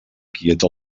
quieta